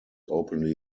openly